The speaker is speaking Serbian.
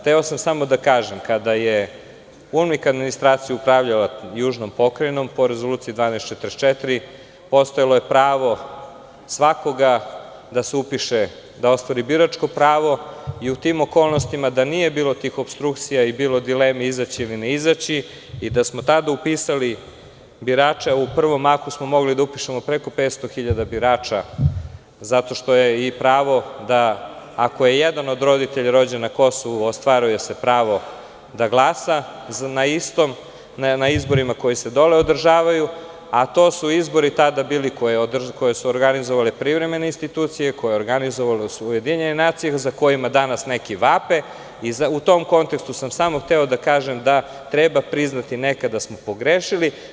Hteo sam samo da kažem kada je UNMIK administracija upravljala južnom pokrajinom, po Rezoluciji 1244, postojalo je pravo svakoga da se upiše, da ostvari biračko pravo i u tim okolnostima, da nije bilo tih opstrukcija i bilo dileme izaći ili ne izaći, i da smo tada upisali birače, a u pravom mahu smo mogli da upišemo preko 500.000 birača zato što je i pravo da ako je jedan od roditelja rođen na Kosovu ostvaruje se pravo da glasa na izborima koje se dole održavaju, a to su izbori tada bili koje su organizovale privremene institucije i koje su organizovale UN, za kojima danas neki vape i u tom kontekstu sam samo hteo da kažem da treba priznati nekad da smo pogrešili.